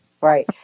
Right